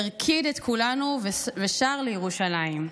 הרקיד את כולנו ושר לירושלים.